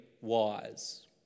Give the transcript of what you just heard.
wise